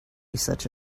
such